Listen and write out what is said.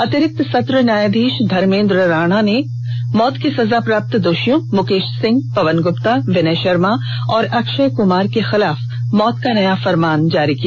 अतिरिक्त सत्र न्यायाधीश धर्मेन्द्र राणा ने मौत की सजा प्राप्त दोषियों मुकेश सिंह पवन गुप्ता विनय शर्मा और अक्षय कुमार के खिलाफ मौत का नया फरमान जारी किया